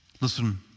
Listen